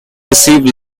receive